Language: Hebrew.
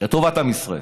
לטובת עם ישראל.